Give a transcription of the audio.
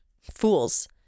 fools